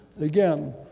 again